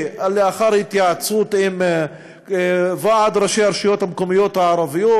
לאחר התייעצות עם ועד ראשי הרשויות המקומיות הערביות,